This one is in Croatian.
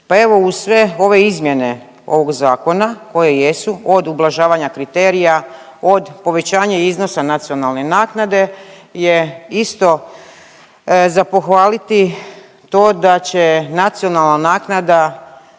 Pa evo uz sve ove izmjene ovog zakona koje jesu od ublažavanja kriterija, od povećanja iznosa nacionalne naknade je isto za pohvaliti to da će nacionalna naknada